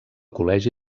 col·legi